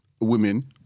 women